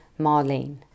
Marlene